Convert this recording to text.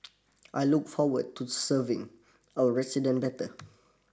I look forward to serving our resident better